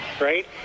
right